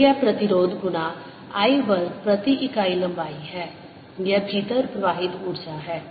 तो यह प्रतिरोध गुना I वर्ग प्रति इकाई लंबाई है यह भीतर प्रवाहित ऊर्जा है